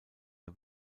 der